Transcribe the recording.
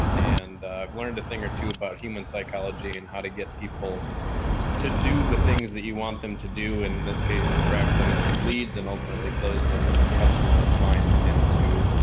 and and, ah, i've learned a thing or two about human psychology and how to get people to do the things that you want them to do in this case, attract them as leads and ultimately close them as a customer or client into,